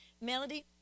Melody